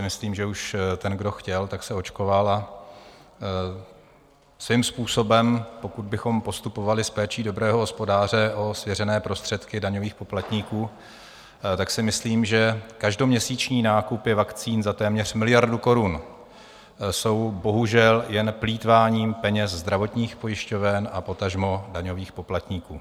Myslím si, že už ten, kdo chtěl, se očkoval, a svým způsobem, pokud bychom postupovali s péčí dobrého hospodáře o svěřené prostředky daňových poplatníků, tak si myslím, že každoměsíční nákupy vakcín za téměř miliardu korun jsou bohužel jen plýtváním peněz zdravotních pojišťoven a potažmo daňových poplatníků.